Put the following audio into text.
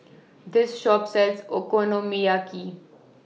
This Shop sells Okonomiyaki